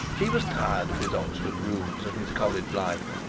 he was tired of his oxford rooms and his college life.